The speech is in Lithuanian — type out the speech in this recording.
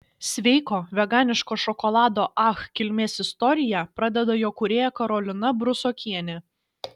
sveiko veganiško šokolado ach kilmės istoriją pradeda jo kūrėja karolina brusokienė